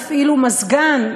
תפעילו מזגן,